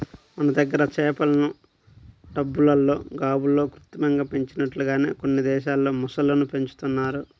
మన దగ్గర చేపలను టబ్బుల్లో, గాబుల్లో కృత్రిమంగా పెంచినట్లుగానే కొన్ని దేశాల్లో మొసళ్ళను పెంచుతున్నారు